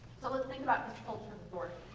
so let's think about his culture of authority.